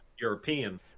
European